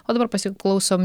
o dabar pasiklausom